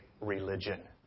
religion